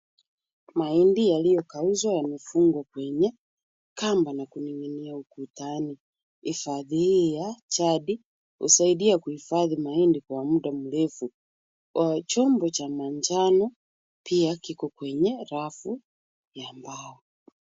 Mahindi yaliyokaushwa yamefungwa kwenye kamba na kuning'inia ukutani. Hifadhi hii ya jadi husaidia kuhifadhi mahindi kwa muda mrefu. Chombo cha manjano pia kiko kwenye rafu ya mbao.